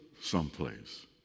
someplace